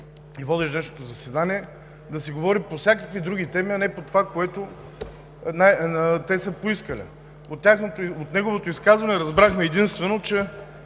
и водещ днешното заседание да се говори по всякакви други теми, а не по това, което те са поискали. От неговото изказване разбрахме единствено, че